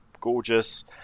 gorgeous